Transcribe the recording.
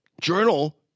Journal